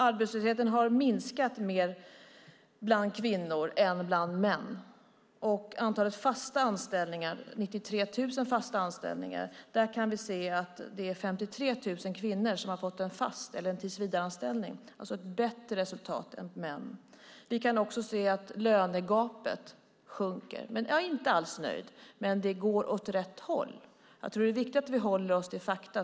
Arbetslösheten har minskat mer bland kvinnor än bland män. Det är 93 000 fasta anställningar. Vi kan se att det är 53 000 kvinnor som har fått en fast anställning eller en tillsvidareanställning. Det är alltså ett bättre resultat än för män. Vi kan också se att lönegapet minskar. Jag är inte alls nöjd, men det går åt rätt håll. Jag tror att det är viktigt att vi håller oss till fakta.